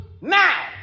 Now